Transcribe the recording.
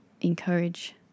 encourage